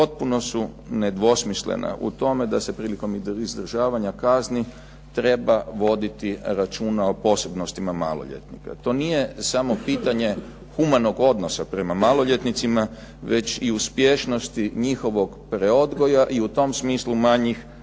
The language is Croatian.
potpuno su nedvosmislena u tome da se prilikom izdržavanja kazni treba voditi računa o posebnostima maloljetnika. To nije samo pitanje humanog odnosa prema maloljetnicima već i uspješnosti njihovog preodgoja i u tom smislu manjih